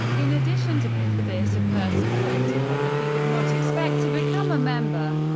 in addition to this, a person willing to pay the fee could not expect to become a member,